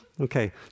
Okay